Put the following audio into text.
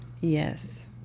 Yes